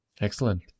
Excellent